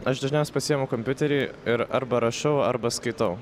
aš dažniausiai pasiimu kompiuterį ir arba rašau arba skaitau